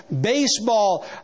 baseball